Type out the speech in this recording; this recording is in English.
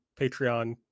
Patreon